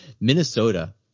Minnesota